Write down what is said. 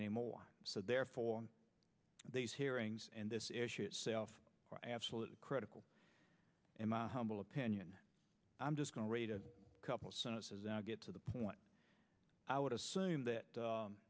anymore so therefore these hearings and this issue itself absolutely critical in my humble opinion i'm just going to read a couple sentences and get to the point i would assume that